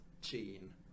gene